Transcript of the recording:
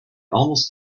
almost